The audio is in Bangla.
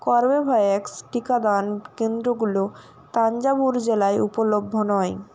কর্বেভ্যাক্স টিকাদান কেন্দ্রগুলো তাঞ্জাভুর জেলায় উপলভ্য নয়